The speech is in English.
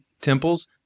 temples